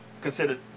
considered